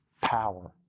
power